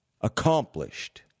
accomplished